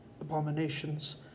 Abominations